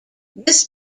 this